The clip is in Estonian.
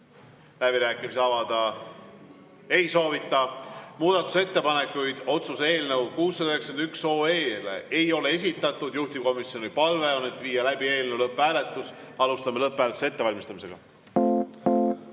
Läbirääkimisi avada ei soovita. Muudatusettepanekuid otsuse eelnõu 691 kohta ei ole esitatud. Juhtivkomisjoni palve on viia läbi eelnõu lõpphääletus. Alustame lõpphääletuse ettevalmistamist.